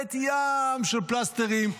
מקבלת ים של פלסטרים,